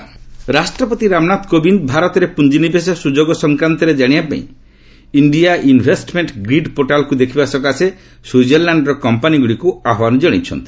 president Swiss ରାଷ୍ଟ୍ରପତି ରାମନାଥ କୋବିନ୍ଦ ଭାରତରେ ପୁଞ୍ଜିନିବେଶ ସ୍ରଯୋଗ ସଂକ୍ରାନ୍ତରେ କାଣିବା ପାଇଁ ଇଣ୍ଡିଆ ଇନ୍ଭେଷ୍ଟମେଣ୍ଟ ଗ୍ରୀଡ୍ ପୋର୍ଟାଲ୍କୁ ଦେଖିବା ସକାଶେ ସ୍ୱିଜରଲ୍ୟାଣ୍ଡର କମ୍ପାନୀଗୁଡ଼ିକୁ ଆହ୍ୱାନ ଜଣାଇଛନ୍ତି